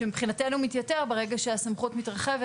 שמבחינתנו מתייתר ברגע שהסמכות מתרחבת